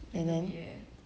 and then